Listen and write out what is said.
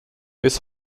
bis